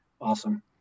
awesome